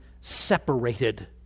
separated